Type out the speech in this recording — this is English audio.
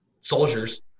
soldiers